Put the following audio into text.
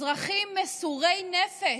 אזרחים מסורי נפש,